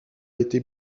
été